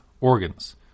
organs